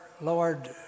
Lord